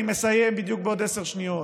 אני מסיים בדיוק בעוד עשר שניות.